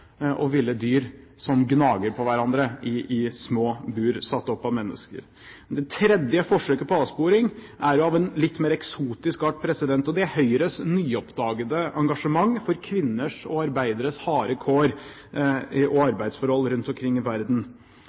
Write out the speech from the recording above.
og ville dyr som gnager på hverandre i små bur satt opp av mennesker. Det tredje forsøket på avsporing er av en litt mer eksotisk art, og det er Høyres nyoppdagede engasjement for kvinners og arbeideres harde kår og arbeidsforhold rundt omkring i verden.